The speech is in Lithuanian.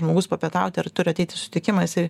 žmogus papietauti ar turi ateiti į sutikimą jisai